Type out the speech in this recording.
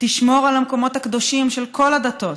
תשמור על המקומות הקדושים של כל הדתות,